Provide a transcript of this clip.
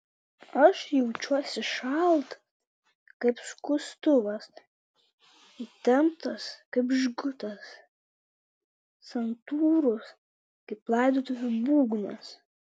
aš jaučiuosi šaltas kaip skustuvas įtemptas kaip žgutas santūrus kaip laidotuvių būgnas